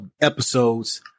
episodes